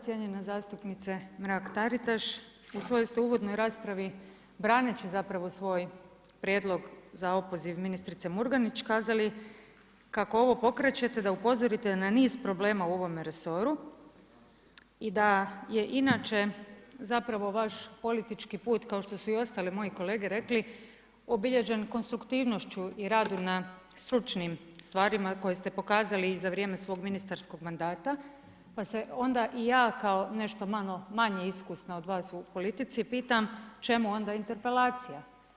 Cijenjena zastupnice Mrak-Taritaš, u svojoj ste uvodnoj raspravi braneći zapravo svoj prijedlog za opoziv ministrice Murganić kazali kako ovo pokrećete da upozorite na niz problema u ovome resoru i da je inače zapravo vaš politički put kao što su i ostale moje kolege rekli obilježen konstruktivnošću i radu na stručnim stvarima koje ste pokazali i za vrijeme svog ministarskog mandata, pa se onda i ja kao nešto manje iskusna od vas u politici pitam, čemu onda interpelacija.